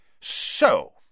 So